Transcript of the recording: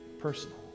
personal